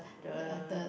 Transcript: the